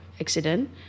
accident